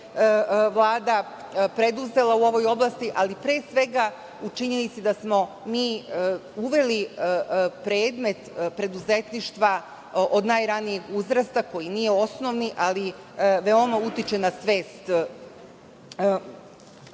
Vlada preduzela u ovoj oblasti, ali pre svega u činjenici da smo mi uveli predmet preduzetništva od najranijeg uzrasta, koji nije osnovni, ali veoma utiče na svest